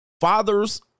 Fathers